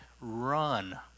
run